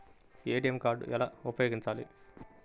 ATM card ఎలా ఉపయోగించాలి?